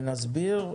ונסביר.